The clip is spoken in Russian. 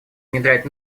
внедрять